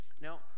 Now